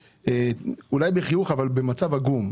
אולי בחיוך אבל במצב עגום.